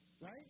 Right